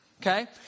Okay